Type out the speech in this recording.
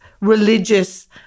religious